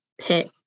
pit